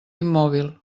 immòbil